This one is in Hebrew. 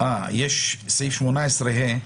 בסעיף 18(ה):